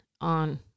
on